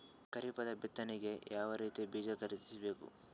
ಖರೀಪದ ಬಿತ್ತನೆಗೆ ಯಾವ್ ರೀತಿಯ ಬೀಜ ಖರೀದಿಸ ಬೇಕು?